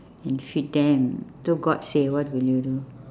and feed them so god say what will you do